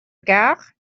gare